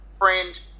friend